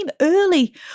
early